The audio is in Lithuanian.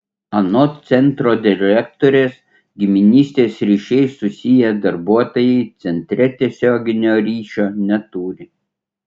anot centro direktorės giminystės ryšiais susiję darbuotojai centre tiesioginio ryšio neturi